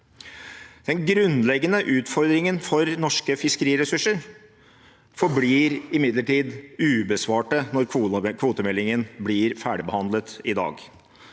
De grunnleggende utfordringene for norske fiskeriressurser forblir imidlertid ubesvarte når kvotemeldingen blir ferdigbehandlet i dag: